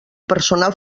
personal